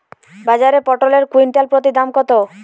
বাজারে পটল এর কুইন্টাল প্রতি দাম কত?